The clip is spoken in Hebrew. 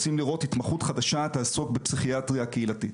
רוצים התמחות חדשה שתעסוק בפסיכיאטריה קהילתית.